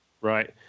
right